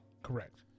Correct